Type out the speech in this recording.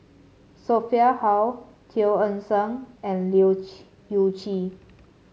Sophia Hull Teo Eng Seng and Leu Chye Yew Chye